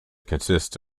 consists